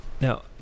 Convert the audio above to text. Now